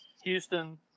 Houston